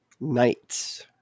Knights